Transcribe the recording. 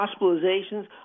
hospitalizations